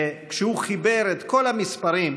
וכשהוא חיבר את כל המספרים,